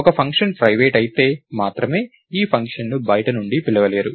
ఒక function private అయితే మాత్రమే ఈ ఫంక్షన్ను బయటి నుండి పిలవలేరు